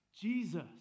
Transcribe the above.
Jesus